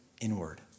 inward